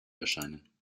erscheinen